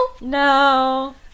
No